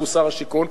שהוא שר השיכון,